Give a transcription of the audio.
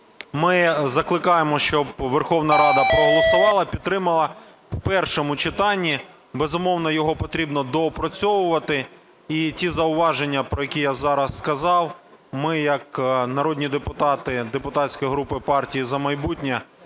ми закликаємо, щоб Верховна Рада проголосувала, підтримала в першому читанні. Безумовно, його потрібно доопрацьовувати, і ті зауваження, про які я зараз сказав, ми як народні депутати депутатської групи "Партії "За майбутнє"